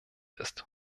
ist